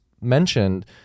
mentioned